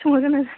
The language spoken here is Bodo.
सोहरगोरनाय जादों